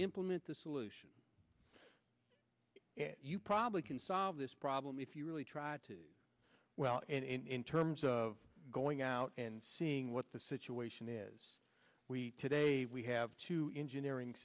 implement the solution you probably can solve this problem if you really tried to well in terms of going out and seeing what the situation is today we have two engineering